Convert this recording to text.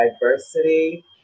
diversity